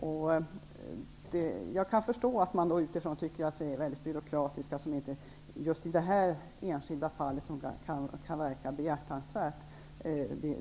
Jag kan också förstå att man tycker att vi är mycket byråkratiska som inte vill göra en förändring i just det här enskilda fallet, som kan verka behjärtansvärt.